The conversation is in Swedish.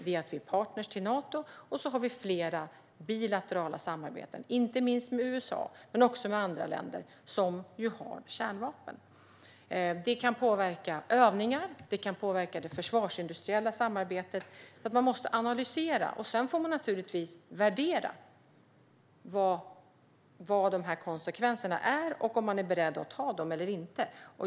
Sverige är partner till Nato. Sedan finns flera bilaterala samarbeten, inte minst med USA och även med andra länder som har kärnvapen. De kan påverka övningar, och de kan påverka det försvarsindustriella samarbetet. Man måste analysera. Sedan får man naturligtvis värdera vilka konsekvenserna är och om man är beredd att ta dem eller inte.